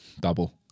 double